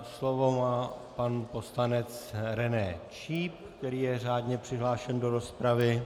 Slovo má pan poslanec René Číp, který je řádně přihlášen do rozpravy.